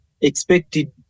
expected